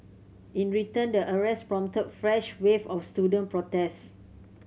in return the arrests prompted fresh waves of student protests